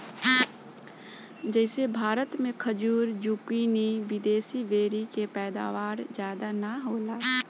जइसे भारत मे खजूर, जूकीनी, विदेशी बेरी के पैदावार ज्यादा ना होला